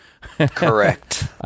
correct